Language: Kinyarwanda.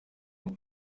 ngo